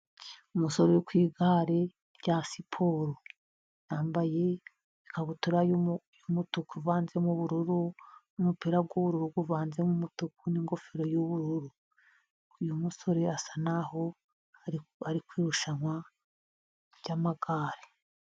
Umusore uri ku igare rya siporo yambaye ikabutura y'umutuku uvanzemo ubururu n'umupira w'ubururu uvanzemo umutuku n'ingofero y'ubururu. Uyu musore asa nkaho ari ku irushanwa ry'amagare.